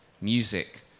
music